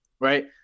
right